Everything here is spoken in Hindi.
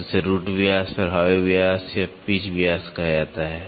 तो इसे रूट व्यास प्रभावी व्यास या पिच व्यास कहा जाता है